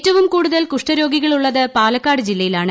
ഏറ്റവും കൂടുതൽ കുഷ്ഠരോഗികളുള്ളത് പാലക്കാട് ജില്ലയിലാണ്